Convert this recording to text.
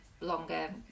longer